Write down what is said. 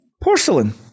Porcelain